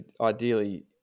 ideally